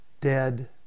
dead